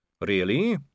Really